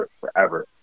forever